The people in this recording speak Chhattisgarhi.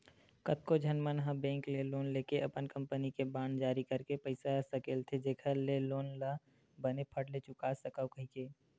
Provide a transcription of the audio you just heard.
कतको झन मन ह बेंक ले लोन लेके अपन कंपनी के बांड जारी करके पइसा सकेलथे जेखर ले लोन ल बने फट ले चुका सकव कहिके